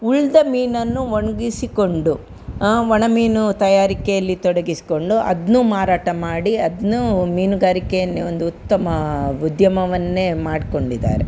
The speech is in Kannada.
ಉಳ್ದ ಮೀನನ್ನು ಒಣ್ಗಿಸಿಕೊಂಡು ಒಣ ಮೀನು ತಯಾರಿಕೆಯಲ್ಲಿ ತೊಡಗಿಸ್ಕೊಂಡು ಅದ್ನು ಮಾರಾಟ ಮಾಡಿ ಅದನ್ನೂ ಮೀನುಗಾರಿಕೆಯನ್ನೇ ಒಂದು ಉತ್ತಮ ಉದ್ಯಮವನ್ನೆ ಮಾಡ್ಕೊಂಡಿದ್ದಾರೆ